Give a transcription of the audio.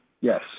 Yes